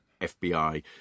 FBI